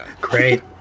great